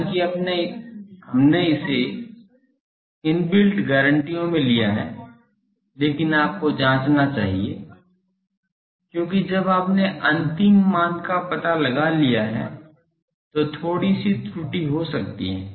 हालाँकि हमने इसे इनबिल्ट गारंटियों में लिया है लेकिन आपको जांचना चाहिए क्योंकि जब आपने अंतिम मान का पता लगा लिया है तो थोड़ी सी त्रुटि हो सकती है